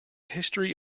history